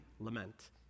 Lament